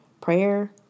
prayer